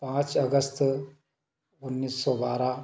पाँच अगस्त उन्नीस सौ बारह